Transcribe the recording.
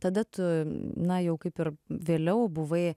tada tu na jau kaip ir vėliau buvai